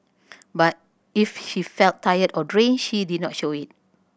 but if she felt tired or drained she did not show it